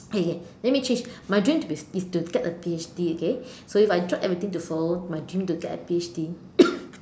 okay ya let me change my dream is to get a P_H_D okay so if I drop everything to follow my dream to get a P_H_D